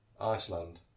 Iceland